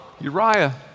Uriah